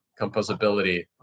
composability